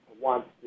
Wants